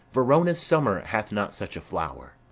verona's summer hath not such a flower.